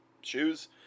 shoes